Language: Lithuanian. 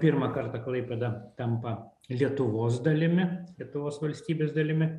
pirmą kartą klaipėda tampa lietuvos dalimi lietuvos valstybės dalimi